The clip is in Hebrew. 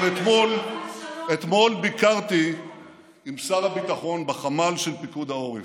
אבל אתמול ביקרתי עם שר הביטחון בחמ"ל של פיקוד העורף.